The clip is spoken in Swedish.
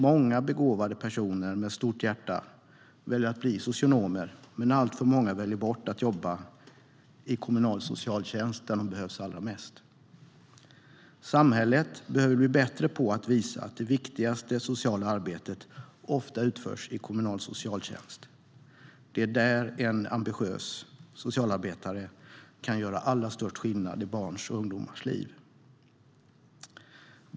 Många begåvade personer med stort hjärta väljer att bli socionomer. Men alltför många väljer bort att jobba i kommunal socialtjänst där de behövs allra mest. Samhället behöver bli bättre på att visa att det viktigaste sociala arbetet ofta utförs i kommunal socialtjänst. Det är där en ambitiös socialarbetare kan göra allra störst skillnad i barns och ungdomars liv.